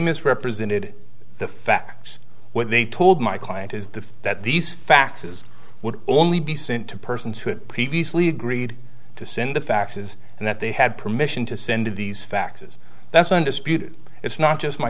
misrepresented the facts what they told my client is the that these faxes would only be sent to persons who had previously agreed to send the faxes and that they had permission to send these faxes that's undisputed it's not just my